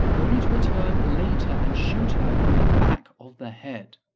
only to return later and shoot her in the back of the head.